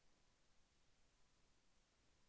నేను నా credit card బిల్లును ఎలా చెల్లించాలీ?